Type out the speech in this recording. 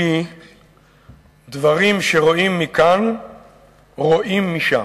כי דברים שרואים מכאן רואים גם משם.